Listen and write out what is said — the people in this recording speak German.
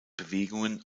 bewegungen